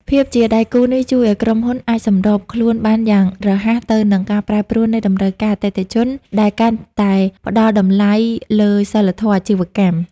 ភាពជាដៃគូនេះជួយឱ្យក្រុមហ៊ុនអាចសម្របខ្លួនបានយ៉ាងរហ័សទៅនឹងការប្រែប្រួលនៃតម្រូវការអតិថិជន ដែលកាន់តែផ្ដល់តម្លៃលើសីលធម៌អាជីវកម្ម។